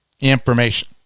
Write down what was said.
information